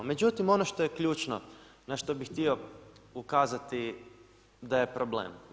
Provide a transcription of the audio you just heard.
Međutim, ono što je ključno, na što bi htio ukazati da je problem.